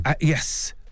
Yes